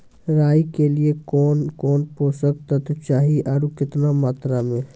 राई के लिए कौन कौन पोसक तत्व चाहिए आरु केतना मात्रा मे?